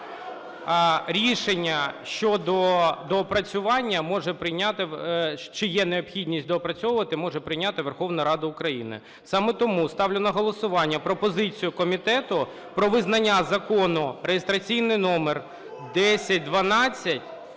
Рішення щодо доопрацювання може прийняти, чи є необхідність доопрацьовувати, може прийняти Верховна Рада України. Саме тому ставлю на голосування пропозицію комітету про визнання Закону (реєстраційний номер 1012)